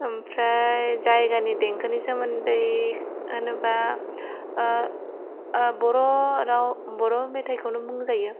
ओमफ्राय जायगानि देंखोनि सोमोन्दै होनोब्ला बर' राव बर' मेथाइखौनो बुंजायो